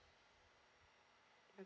mm